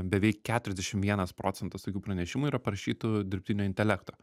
beveik keturiasdešimt vienas procentas tokių pranešimų yra parašytų dirbtinio intelekto